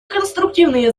конструктивные